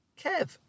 Kev